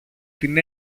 την